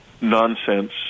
nonsense